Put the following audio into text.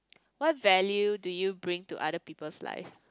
what value do you bring to other people's life